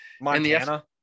Montana